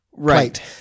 right